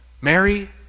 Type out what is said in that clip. Mary